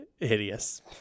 hideous